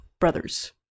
brothers